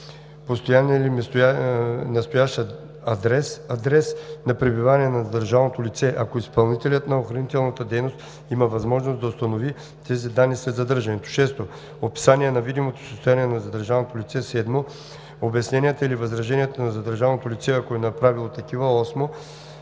постоянен или настоящ адрес/адрес на пребиваване на задържаното лице, ако изпълнителят на охранителната дейност има възможност да установи тези данни след задържането; 6. описание на видимото състояние на задържаното лице; 7. обясненията или възраженията на задържаното лице, ако е направило такива; 8.